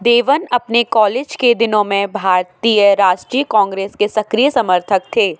देवन अपने कॉलेज के दिनों में भारतीय राष्ट्रीय काँग्रेस के सक्रिय समर्थक थे